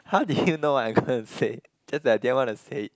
how did you know I'm gonna say just that I didn't want to say it